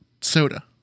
soda